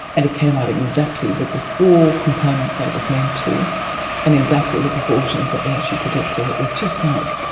and it came out exactly with the four components that it was meant to and exactly the proportions that we actually predicted. it was just like,